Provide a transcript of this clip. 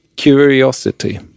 Curiosity